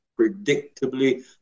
predictably